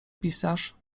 pisarz